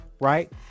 Right